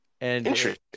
Interesting